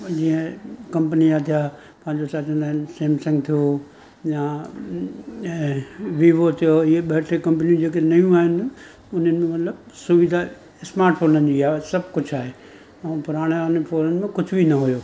जीअं कपंनी जा थिया पंहिंजो छा चवंदा आहिनि सैमसंग थियो या ऐं वीवो थियो ये ॿ टे कपंनी जेके नयूं आहिनि उन्हनि में मतिलबु सुविधा स्माटफोननि जी आहे सभु कुझु आहे ऐं पुराणे वारे फोननि में कुझ बि न हुओ